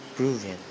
proven